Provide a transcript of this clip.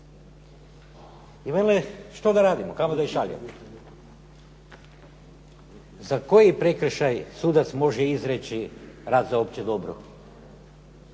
I vele, što da radimo, kamo da ih šaljemo? Za koji prekršaj sudac može izreći rad za opće dobro?